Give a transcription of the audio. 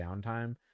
downtime